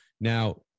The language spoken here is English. Now